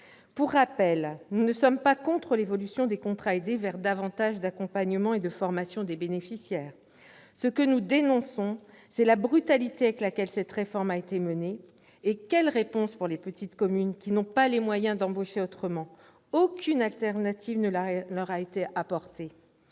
Je rappelle que nous ne sommes pas hostiles à l'évolution des contrats aidés vers davantage d'accompagnement et de formation des bénéficiaires. Ce que nous dénonçons, c'est la brutalité avec laquelle cette réforme a été menée. Et quelle réponse pour les petites communes qui n'ont pas les moyens d'embaucher autrement ? Aucune solution alternative ne leur a été apportée